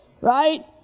Right